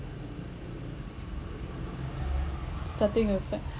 starting affect